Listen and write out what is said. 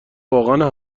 واقعا